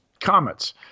comets